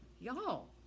y'all